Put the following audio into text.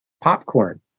Popcorn